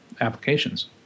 applications